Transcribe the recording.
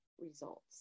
results